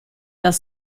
das